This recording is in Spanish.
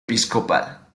episcopal